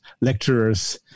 lecturers